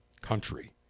country